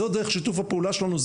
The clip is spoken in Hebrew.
זו דרך שיתוף הפעולה שלנו,